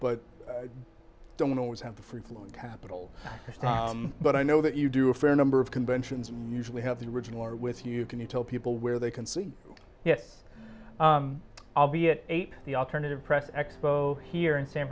but i don't always have the free flowing capital but i know that you do a fair number of conventions usually have the original are with you can you tell people where they can see it i'll be at eight the alternative press expo here in san